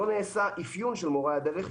לא נעשה אפיון של מורי הדרך.